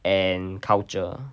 and culture